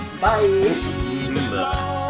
Bye